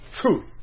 truth